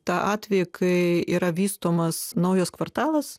tą atvejį kai yra vystomas naujas kvartalas